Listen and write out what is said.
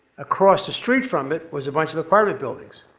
across the street from it was a bunch of apartment buildings.